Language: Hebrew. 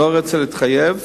אני לא רוצה להתחייב,